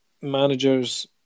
managers